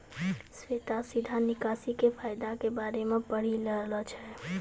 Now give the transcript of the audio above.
श्वेता सीधा निकासी के फायदा के बारे मे पढ़ि रहलो छै